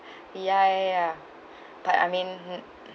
ya ya ya but I mean